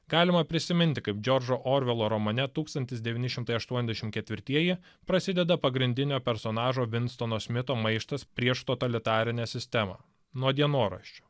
galima prisiminti kaip džordžo orvelo romane tūkstantis devyni šimtai aštuoniasdešimt ketvirtieji prasideda pagrindinio personažo vinstono smito maištas prieš totalitarinę sistemą nuo dienoraščio